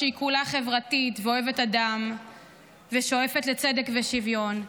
שכולה חברתית ואוהבת אדם ושואפת לצדק ושוויון,